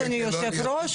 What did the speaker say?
אדוני היושב ראש,